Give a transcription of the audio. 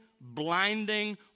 blinding